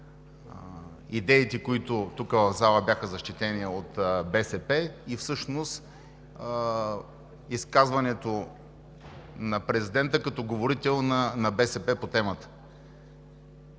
идеите, които тук, в залата бяха защитени от БСП, и всъщност изказването на президента като говорител на БСП по темата.